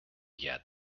yet